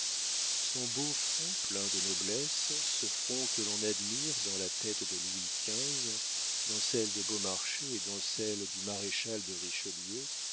son beau front plein de noblesse ce front que l'on admire dans la tête de louis xv dans celle de beaumarchais et dans celle du maréchal de richelieu